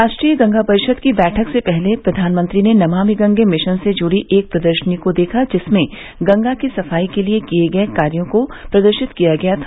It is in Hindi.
रा ट्रीय गंगा परि ाद की बैठक से पहले प्रधानमंत्री ने नमाभि गंगे भिशन से जुड़ी एक प्रदर्शनी को देखा जिसमें गंगा की सफाई के लिए किये गये कार्यों को प्रदर्शित किया गया था